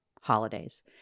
holidays